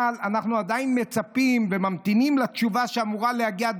אבל אנחנו עדיין מצפים וממתינים לתשובה שאמורה להגיע,